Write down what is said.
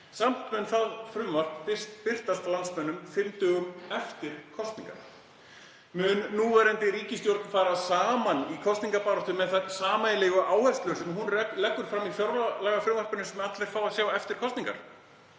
Samt mun það frumvarp birtast landsmönnum fimm dögum eftir kosningar. Mun núverandi ríkisstjórn fara saman í kosningabaráttu með þær sameiginlegu áherslur sem hún leggur fram í fjárlagafrumvarpinu sem allir fá að sjá eftir kosningar?